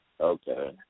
Okay